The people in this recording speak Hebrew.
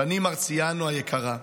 שני מרציאנו היקרה,